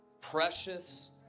precious